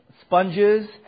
sponges